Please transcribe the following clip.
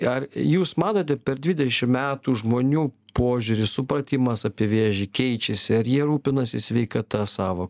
ar jūs matote per dvidešim metų žmonių požiūrį supratimas apie vėžį keičiasi ar jie rūpinasi sveikata savo